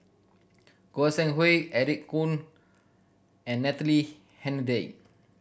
Goi Seng Hui Eric Khoo and Natalie